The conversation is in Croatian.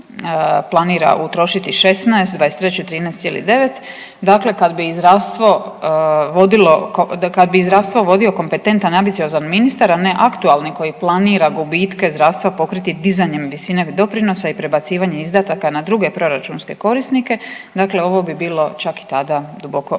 planira utrošiti 16, '23. 13,9, dakle kad bi i zdravstvo vodio kompetentan, ambiciozan ministar, a ne aktualni koji planira gubitke zdravstva pokriti dizanjem visine doprinosa i prebacivanjem izdataka na druge proračunske korisnike, dakle ovo bi bilo čak i tada duboko nerealno.